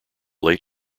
late